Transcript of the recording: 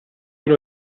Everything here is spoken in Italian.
ero